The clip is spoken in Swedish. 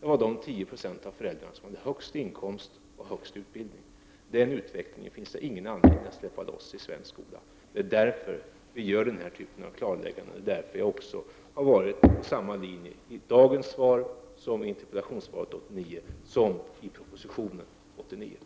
Det gällde de 10 96 av föräldrarna som hade den högsta inkomsten och den högsta utbildningen. Det finns ingen anledning att släppa loss den utvecklingen i svensk skola. Det är därför som vi gör denna typ av klarlägganden och det är därför som jag också har samma linje i dagens svar som i interpellationssvaret 1989 och som i 1989 års proposition.